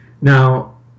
now